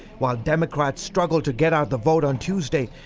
while democrats struggled to get-out-the-vote on tuesday,